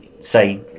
say